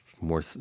more